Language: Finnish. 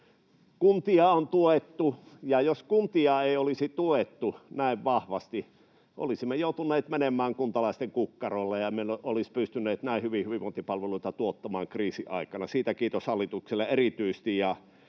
Kuntia on tuettu, ja jos kuntia ei olisi tuettu näin vahvasti, olisimme joutuneet menemään kuntalaisten kukkarolle ja me emme olisi pystyneet näin hyvin hyvinvointipalveluita tuottamaan kriisiaikana. Siitä kiitos hallitukselle, erityisesti.